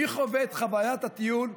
מי חווה את חוויית הטיול?